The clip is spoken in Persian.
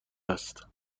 است